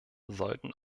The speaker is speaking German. sollten